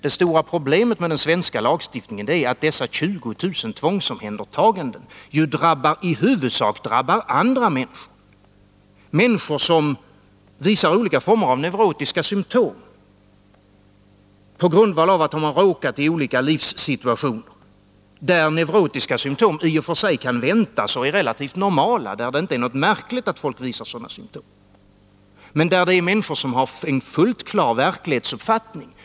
Det stora problemet med den svenska lagstiftningen är att dessa 20 000 tvångsomhändertaganden i huvudsak drabbar andra människor — människor som visar olika former av neurotiska symtom på grund av att de råkat i olika livssituationer, där neurotiska symtom i och för sig kan väntas och är relativt normala, där det inte är något märkligt att folk visar sådana symtom, men där det är fråga om människor som har en fullt klar verklighetsuppfattning.